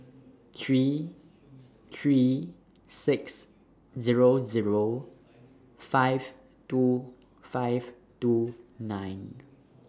three three six Zero Zero five two five two nine